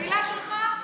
מילה שלך?